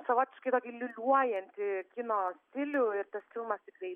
savotiškai tokį liūliuojantį kino stilių ir tas filmas tikrai